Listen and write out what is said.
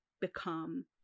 become